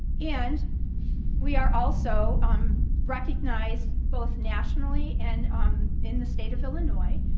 and we are also um recognized both nationally and um in the state of illinois.